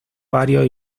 varios